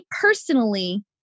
personally